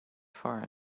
for